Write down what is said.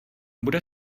bude